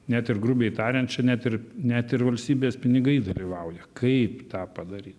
net ir grubiai tariant čia net ir net ir valstybės pinigai dalyvauja kaip tą padaryt